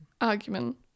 argument